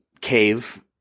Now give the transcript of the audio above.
cave